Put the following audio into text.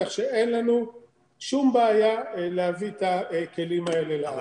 כך שאין לנו שום בעיה להביא את הכלים האלה לארץ.